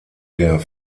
der